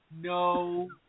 No